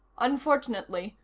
unfortunately,